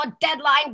deadline